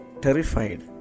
terrified